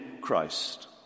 Christ